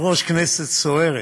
אדוני היושב-ראש, כנסת סוערת,